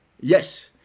yes